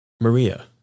Maria